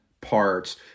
parts